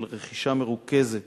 של רכישה מרוכזת